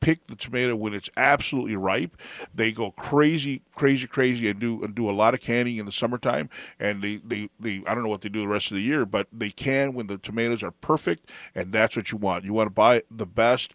pick the tomato with it's absolutely right they go crazy crazy crazy had to do a lot of canning in the summertime and the i don't know what to do the rest of the year but they can when the tomatoes are perfect and that's what you want you want to buy the best